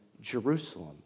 Jerusalem